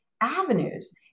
avenues